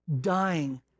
dying